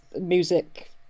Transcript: music